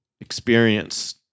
experience